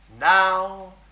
Now